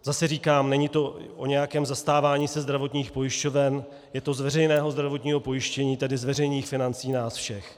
Zase říkám, není to o nějakém zastávání se zdravotních pojišťoven, je to z veřejného zdravotního pojištění, tedy z veřejných financí nás všech.